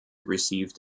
received